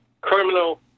criminal